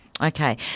Okay